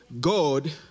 God